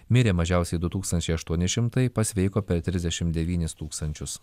mirė mažiausiai du tūkstančiai aštuoni šimtai pasveiko per trisdešim devynis tūkstančius